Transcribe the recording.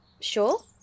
Sure